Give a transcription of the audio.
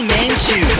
Manchu